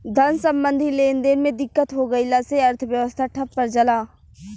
धन सम्बन्धी लेनदेन में दिक्कत हो गइला से अर्थव्यवस्था ठप पर जला